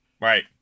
Right